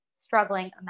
struggling